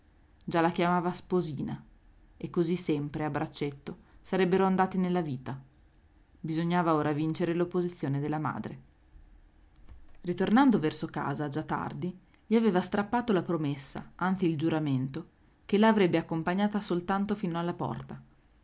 già la chiamava sposina e così sempre a braccetto sarebbero andati nella vita bisognava ora vincere l'opposizione della madre ritornando verso casa già tardi gli aveva strappato la promessa anzi il giuramento che la avrebbe accompagnata soltanto fino alla porta